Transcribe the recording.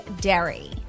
dairy